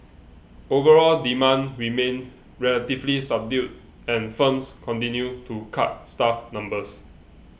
overall demand remained relatively subdued and firms continued to cut staff numbers